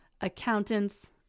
accountants